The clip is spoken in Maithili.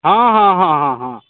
हँ हँ हँ हँ हँ